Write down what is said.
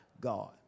God